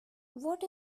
what